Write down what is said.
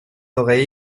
aurait